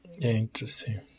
Interesting